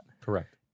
Correct